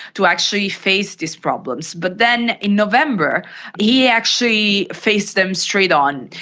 to actually face these problems. but then in november he actually faced them straight on.